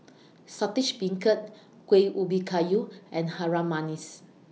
Saltish Beancurd Kueh Ubi Kayu and Harum Manis